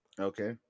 Okay